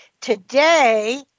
Today